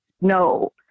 No